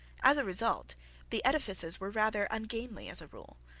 as a result the edifices were rather ungainly as a rule,